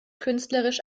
künstlerisch